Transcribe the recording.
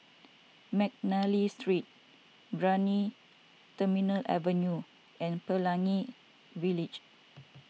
McNally Street Brani Terminal Avenue and Pelangi Village